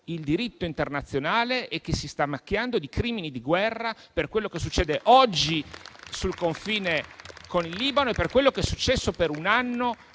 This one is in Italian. il diritto internazionale e che si sta macchiando di crimini di guerra per quello che succede oggi sul confine con il Libano e per quello che è successo per un anno